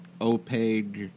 opaque